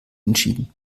entschieden